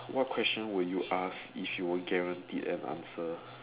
what question would you ask if you were guaranteed an answer